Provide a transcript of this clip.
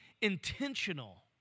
intentional